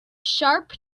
sharp